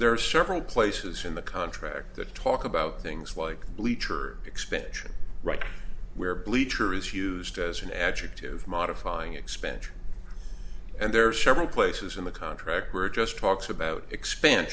there are several places in the contract that talk about things like bleacher expansion right where bleacher is used as an adjective modifying expansion and there are several places in the contract were just talks about expan